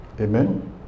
Amen